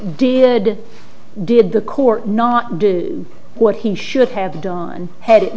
did did the court not do what he should have done had it